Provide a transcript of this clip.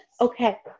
Okay